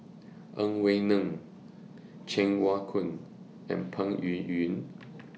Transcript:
Ang Wei Neng Cheng Wai Keung and Peng Yuyun